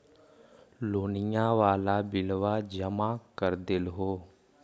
लोनिया वाला बिलवा जामा कर देलहो?